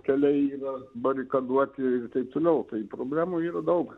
keliai yra barikaduoti ir taip toliau tai problemų yra daug